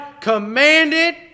commanded